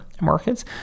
markets